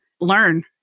learn